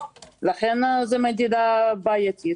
לכן זה מדידה בעייתית.